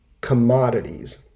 commodities